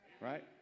right